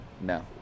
No